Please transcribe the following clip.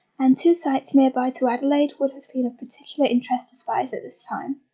and two sites nearby to adelaide would have been of particular interest to spies at this time.